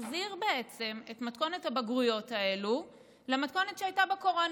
החזיר בעצם את מתכונת הבגרויות האלו למתכונת שהייתה בקורונה.